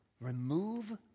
Remove